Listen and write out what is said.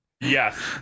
Yes